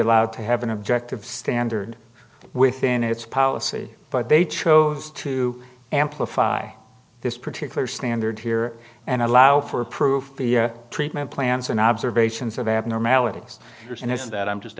allowed to have an objective standard within its policy but they chose to amplify this particular standard here and allow for proof the treatment plans and observations of abnormalities and i said that i'm just